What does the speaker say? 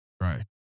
Right